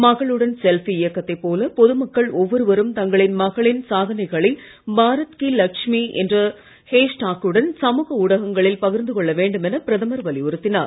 மகளுடன் செல்ஃபி இயக்கத்தை போல பொதுமக்கள் ஒவ்வொருவரும் தங்கள் மகளின் சாதனைகளை பாரத் கீ லட்சுமி என்ற ஹேஷ்டாக்குடன் சமூக ஊடகங்களில் பகிர்ந்து கொள்ள வேண்டும் என பிரதமர் வலியுறுத்தினார்